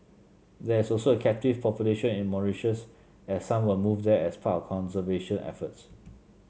there is also a captive population in Mauritius as some were moved there as part of conservation efforts